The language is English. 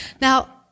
Now